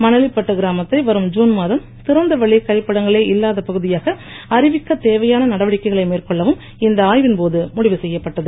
மணலிப்பட்டு இராமத்தை வரும் ஜுன் மாதம் திறந்தவெளி கழிப்பிடங்களே இல்லாத பகுதியாக அறிவிக்கத் தேவையான நடவடிக்கைகளை மேற்கொள்ளவும் இந்த ஆய்வின் போது முடிவு செய்யப்பட்டது